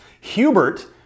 Hubert